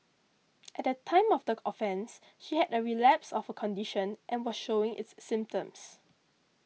at the time of the offence she had a relapse of her condition and was showing its symptoms